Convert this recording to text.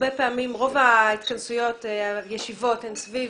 רוב הישיבות הן סביב